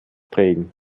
prägen